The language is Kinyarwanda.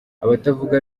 abatavuga